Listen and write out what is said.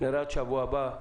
נראה עד שבוע הבא.